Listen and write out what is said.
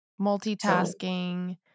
Multitasking